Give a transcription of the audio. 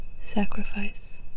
sacrifice